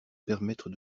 permettre